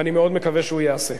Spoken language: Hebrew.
ואני מאוד מקווה שהוא ייעשה.